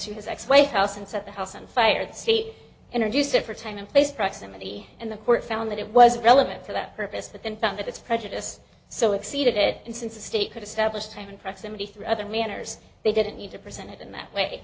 to his ex wife's house and set the house and fired state introduce it for a time and place proximity in the court found that it was relevant for that purpose but then found that it's prejudiced so exceeded it and since the state could establish time in proximity through other manners they didn't need to present it in that way